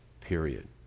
Period